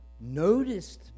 noticed